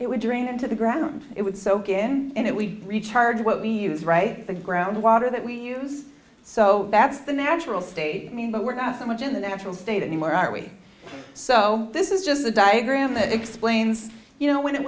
it would drain into the ground it would soak in and it we recharge what we use right the ground water that we use so that's the natural state i mean but we're not so much in the natural state anymore are we so this is just the diagram that explains you know when it